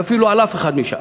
ואפילו על אף אחד משם,